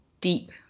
deep